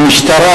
והמשטרה,